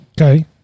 Okay